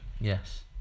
Yes